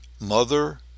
mother